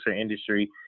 industry